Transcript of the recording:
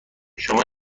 شما